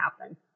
happen